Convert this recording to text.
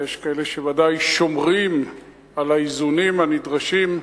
ויש כאלה שוודאי שומרים על האיזונים הנדרשים.